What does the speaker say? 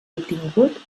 obtingut